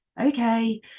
okay